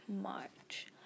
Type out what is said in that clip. March